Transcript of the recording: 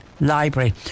library